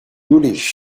yulizh